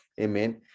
Amen